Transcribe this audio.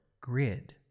grid